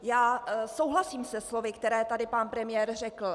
Já souhlasím se slovy, která tady pan premiér řekl.